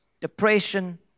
depression